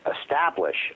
establish